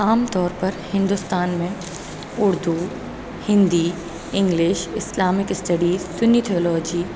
عام طور پر ہندوستان میں Urdu Hindi English Islamic studies فنی تھیولوجی